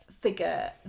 figure